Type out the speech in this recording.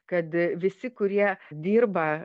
kad visi kurie dirba